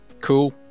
cool